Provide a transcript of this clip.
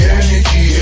energy